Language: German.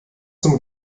zum